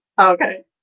okay